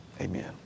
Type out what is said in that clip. Amen